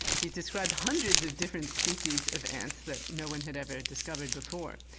has described hundreds of different species of ants that no-one had ever discovered before.